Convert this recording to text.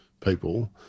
people